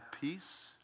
peace